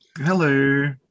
Hello